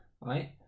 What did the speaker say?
Right